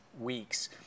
weeks